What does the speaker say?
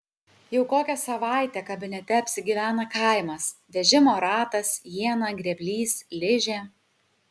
jau kokią savaitę kabinete apsigyvena kaimas vežimo ratas iena grėblys ližė